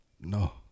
No